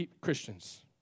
Christians